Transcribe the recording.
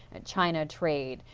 and china trade.